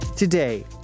Today